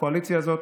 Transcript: בקואליציה הזאת,